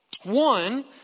One